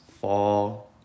fall